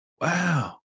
Wow